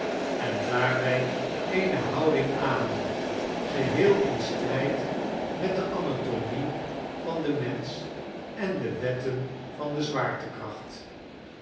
en daarfoij eene houding aannam geheel in sitrijd met de anatomie van den mensch en de wetten van de zwaartekracht